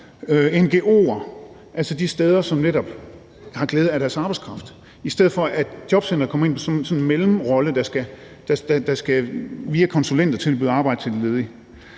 ngo'er, altså de steder, som netop har glæde af deres arbejdskraft – i stedet for at jobcentrene kommer ind som sådan en mellemrolle, der via konsulenter skal tilbyde de ledige